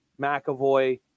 McAvoy